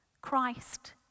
Christ